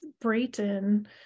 Brayton